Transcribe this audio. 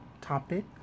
Topic